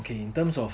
in terms of